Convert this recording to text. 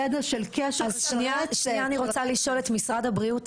אני רוצה לשאול את משרד הבריאות,